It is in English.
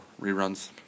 reruns